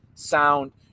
sound